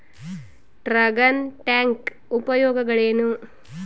Dragon tank ಉಪಯೋಗಗಳೇನು?